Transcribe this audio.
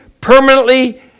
permanently